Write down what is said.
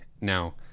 Now